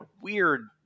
weird